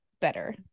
better